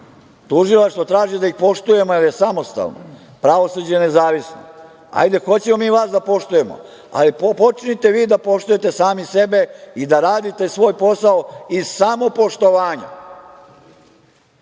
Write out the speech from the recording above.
Tužilaštvo traži da ih poštujemo, jer je samostalno. Pravosuđe je nezavisno. Hoćemo mi vas da poštujemo, ali počnite vi da poštujete sami sebe i da radite svoj posao iz samopoštovanja.